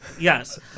Yes